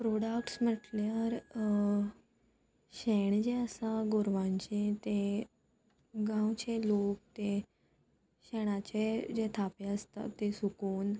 products म्हटल्यार शेण जें आसा गोरवांचें तें गांवचे लोक ते शेणाचे जे थापे आसता ते सुकोवन